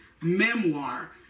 memoir